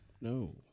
no